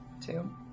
Two